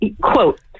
quote